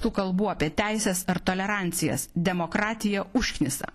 tų kalbų apie teises ar tolerancijas demokratija užknisa